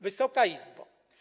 Wysoka Izbo!